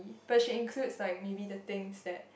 if but she includes like maybe the things that